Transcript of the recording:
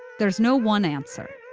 there's no one answer.